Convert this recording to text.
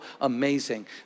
amazing